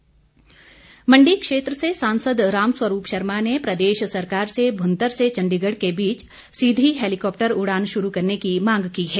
राम स्वरूप मण्डी क्षेत्र से सांसद राम स्वरूप शर्मा ने प्रदेश सरकार से भूंतर से चण्डीगढ़ के बीच सीधी हैलीकॉप्र उड़ान शुरू करने की मांग की है